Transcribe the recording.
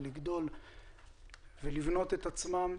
לגדול ולבנות את עצמם,